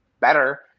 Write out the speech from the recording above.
better